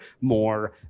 more